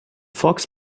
fox